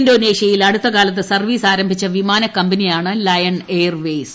ഇൻഡോനേഷ്യയിൽ അടുത്തകാലത്ത് സർവ്വീസ് ആരംഭിച്ച വിമാന കമ്പനിയാണ് ലയൺ എയർവേസ്